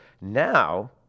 Now